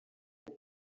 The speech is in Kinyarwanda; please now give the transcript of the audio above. ngo